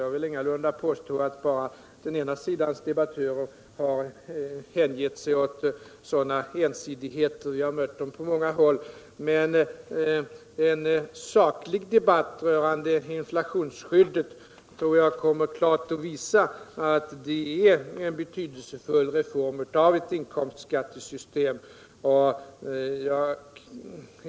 Jag vill ingalunda påstå att bara den ena sidans debattörer har hängett sig åt sådana ensidigheter; vi har mött dem på många håll. Men en saklig debatt rörande inflationsskyddet tror jag kommer att klart visa att det är en betydelsefull reform av ett inkomstskattesystem.